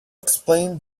explain